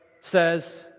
says